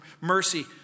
mercy